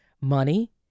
money